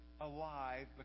alive